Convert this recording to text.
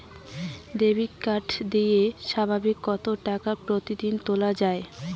Debit card দিয়ে সর্বাধিক কত টাকা প্রতিদিন তোলা য়ায়?